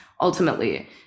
ultimately